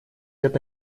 это